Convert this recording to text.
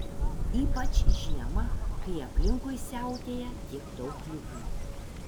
ypač žiemą kai aplinkui siautėja tiek daug ligų